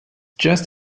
just